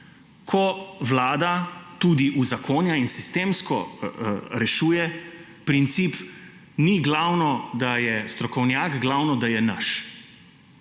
ko Vlada tudi uzakonja in sistemsko rešuje po principu, da ni glavno, da je strokovnjak, glavno je, da je naš.